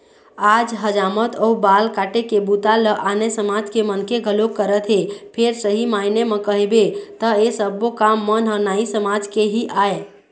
आज हजामत अउ बाल काटे के बूता ल आने समाज के मनखे घलोक करत हे फेर सही मायने म कहिबे त ऐ सब्बो काम मन ह नाई समाज के ही आय